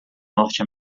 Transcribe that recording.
norte